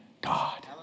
god